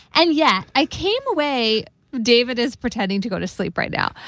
and yeah i came away david is pretending to go to sleep right now.